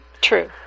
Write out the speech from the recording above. True